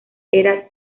era